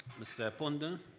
mr. ponder,